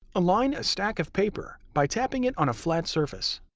align a stack of paper by tapping it on a flat surface.